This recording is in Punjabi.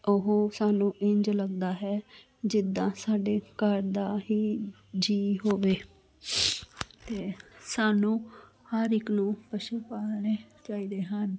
ਉਹ ਸਾਨੂੰ ਇੰਝ ਲੱਗਦਾ ਹੈ ਜਿੱਦਾਂ ਸਾਡੇ ਘਰ ਦਾ ਹੀ ਜੀਅ ਹੋਵੇ ਤੇ ਸਾਨੂੰ ਹਰ ਇੱਕ ਨੂੰ ਪਸ਼ੂ ਪਾਲਣੇ ਚਾਹੀਦੇ ਹਨ